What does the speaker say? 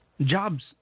jobs